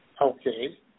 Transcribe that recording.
Okay